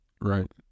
Right